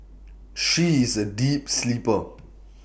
she is A deep sleeper